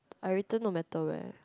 I return no matter where